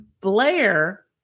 Blair